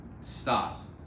stop